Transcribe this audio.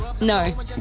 No